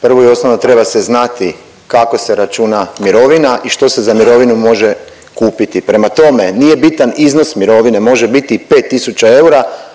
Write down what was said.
Prvo i osnovno treba se znati kako se računa mirovina i što se za mirovinu m ože kupiti. Prema tome, nije bitan iznos mirovine, može biti i 5000 eura